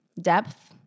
Depth